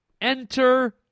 Enter